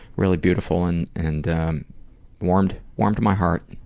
really beautiful and and warmed warmed my heart.